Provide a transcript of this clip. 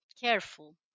careful